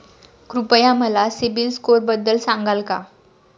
कृपया मला सीबील स्कोअरबद्दल सांगाल का?